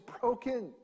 broken